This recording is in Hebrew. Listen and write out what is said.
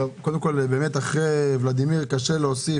באמת אחרי ולדימיר קשה להוסיף,